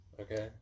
Okay